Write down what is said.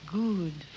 good